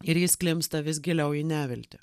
ir jis klimpsta vis giliau į neviltį